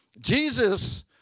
Jesus